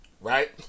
right